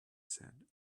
said